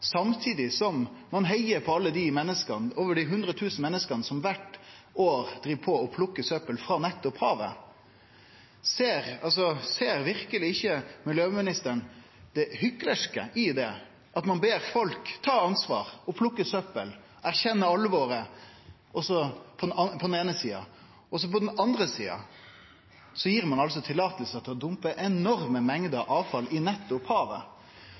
samtidig som ein heiar på alle dei menneska, over 100 000, som kvart år plukkar søppel frå nettopp havet. Ser miljøministeren verkelig ikkje det hyklerske i det at ein på den eine sida ber folk ta ansvar og plukke søppel, erkjenne alvoret, og på den andre sida gir tillating til å dumpe enorme mengder avfall i nettopp havet?